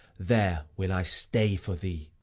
there will i stay for thee.